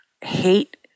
hate